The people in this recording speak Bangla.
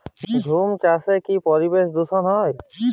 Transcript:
ঝুম চাষে কি পরিবেশ দূষন হয়?